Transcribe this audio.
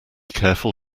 careful